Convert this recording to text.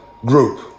group